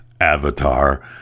avatar